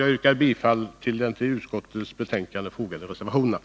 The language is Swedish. Jag yrkar bifall till de till finansutskottets betänkande fogade reservationerna.